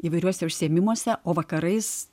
įvairiuose užsiėmimuose o vakarais